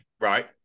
Right